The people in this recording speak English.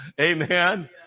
Amen